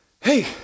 Hey